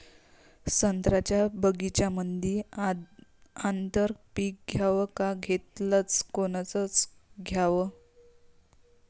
संत्र्याच्या बगीच्यामंदी आंतर पीक घ्याव का घेतलं च कोनचं घ्याव?